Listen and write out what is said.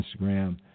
Instagram